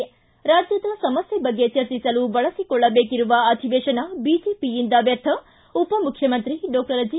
ಿಂ ರಾಜ್ಯದ ಸಮಸ್ಥೆ ಬಗ್ಗೆ ಚರ್ಚಿಸಲು ಬಳಸಿಕೊಳ್ಳಬೇಕಿರುವ ಅಧಿವೇಶನ ಬಿಜೆಪಿಯಿಂದ ವ್ಯರ್ಥ ಉಪಮುಖ್ಯಮಂತ್ರಿ ಡಾಕ್ಟರ್ ಜಿ